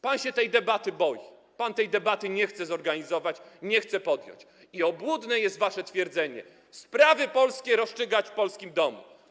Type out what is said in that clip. Pan się tej debaty boi, pan tej debaty nie chce zorganizować, nie chce podjąć i obłudne jest wasze twierdzenie: sprawy polskie rozstrzygać w polskim domu.